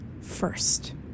First